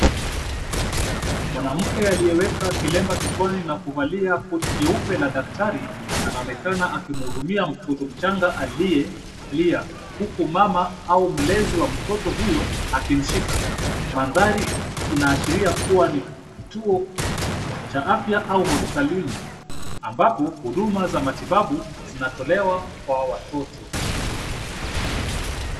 Mwanamke aliyeweka kilemba kichwani na kuvalia koti jeupe cha daktari, anaonekana akimhudumia mtoto mchanga aliyelia huku mama au mlezi wa mtoto huyo akimshika. Mandhari inaashiria kuwa ni kituo cha afya au hospitalini ambapo huduma za matibabu zinatolewa kwa watoto.